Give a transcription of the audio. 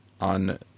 on